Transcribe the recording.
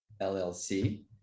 LLC